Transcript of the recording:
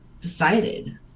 decided